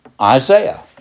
Isaiah